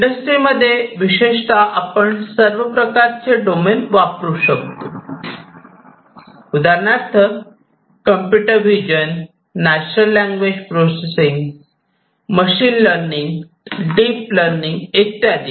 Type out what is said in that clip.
इंडस्ट्रीमध्ये विशेषतः आपण सर्व प्रकारचे डोमेन वापरू शकतो उदाहरणार्थ computer vision robotics natural language processing machine learning deep learning इत्यादी